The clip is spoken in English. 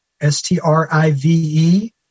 S-T-R-I-V-E